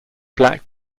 black